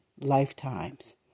lifetimes